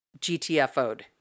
GTFO'd